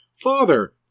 Father